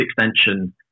extension